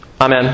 Amen